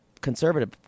conservative